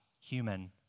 human